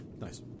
Nice